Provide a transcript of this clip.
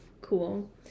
Cool